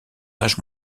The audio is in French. âge